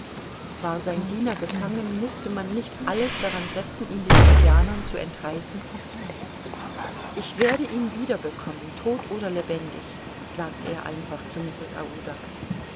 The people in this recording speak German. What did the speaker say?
war sein diener gefangen mußte man nicht alles daran setzen ihn den indianern zu entreißen ich werde ihn wieder bekommen todt oder lebendig sagte er einfach zu mrs